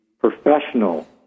professional